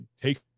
take